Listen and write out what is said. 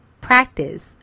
practice